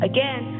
Again